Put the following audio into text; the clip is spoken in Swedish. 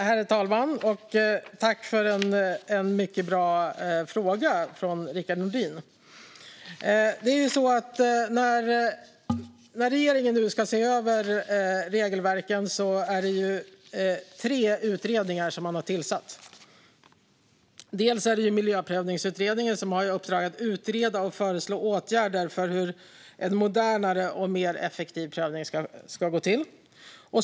Herr talman! Jag tackar för en mycket bra fråga från Rickard Nordin. När regeringen nu ska se över regelverken har man tillsatt tre utredningar. Det är Miljöprövningsutredningen som har i uppdrag att utreda och föreslå åtgärder för hur en modernare och mer effektiv prövning ska gå till.